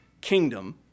kingdom